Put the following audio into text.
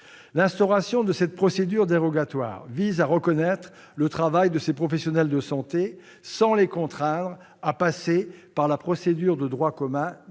L'instauration de cette procédure dérogatoire vise à reconnaître le travail de ces professionnels de santé sans les contraindre à passer par la procédure de droit commun dite